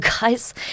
guys